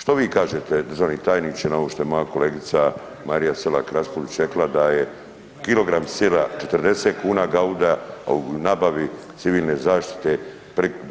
Što vi kažete državni tajniče na ovo što je moja kolegica Marija Selak Raspudić rekla da je kilogram sira 40 kuna Gauda, a nabavi civilne zaštite